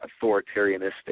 authoritarianistic